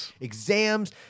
exams